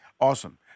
Awesome